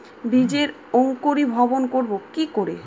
বীজের অঙ্কোরি ভবন করব কিকরে?